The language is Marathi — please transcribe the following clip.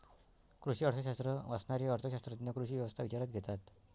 कृषी अर्थशास्त्र वाचणारे अर्थ शास्त्रज्ञ कृषी व्यवस्था विचारात घेतात